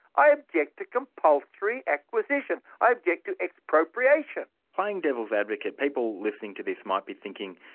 i object to compulsory acquisition i object to expropriation. playing devil's advocate, people listening to this might be thinking,